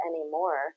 anymore